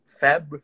Feb